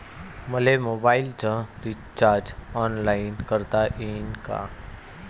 मले मोबाईलच recharge online करता येईन का?